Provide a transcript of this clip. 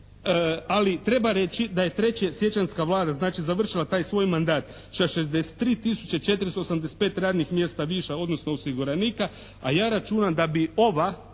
ali treba reći da je trećesiječanjska Vlada znači završila taj svoj mandat sa 63 tisuće 485 radnih mjesta više, odnosno osiguranika, a ja računam da bi ova